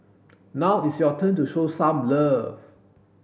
now it's your turn to show some love